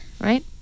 right